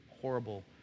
horrible